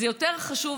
זה יותר חשוב.